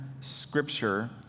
scripture